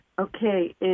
Okay